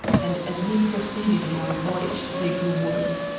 and as we proceeded on our voyage they grew worse.